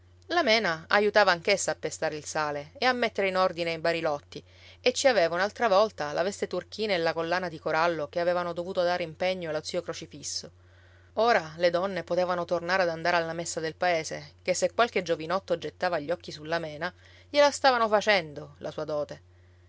la mena aiutava anch'essa a pestare il sale e a mettere in ordine i barilotti e ci aveva un'altra volta la veste turchina e la collana di corallo che avevano dovuto dare in pegno allo zio crocifisso ora le donne potevano tornare ad andare alla messa del paese ché se qualche giovinotto gettava gli occhi sulla mena gliela stavano facendo la sua dote